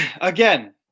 Again